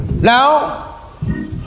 Now